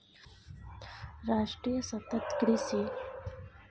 राष्ट्रीय सतत कृषि मिशन योजना मे खेतीक समस्या सब केर उपाइ खोजल जा रहल छै